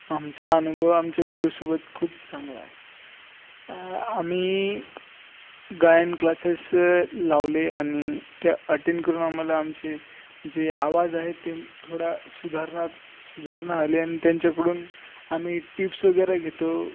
आमचा अनुभव आमच्या गुरुसोबत खूप चांगला आहे आम्ही गायन क्लासेस लावले आणि ते अटेंड करून आम्हाला आमचे जे आवाज आहे ते थोडा सुधारणा सुधारणा आली आणि त्यांच्याकडून आम्ही टिप्स वगैरे घेतो